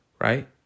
right